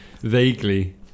vaguely